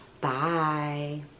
Bye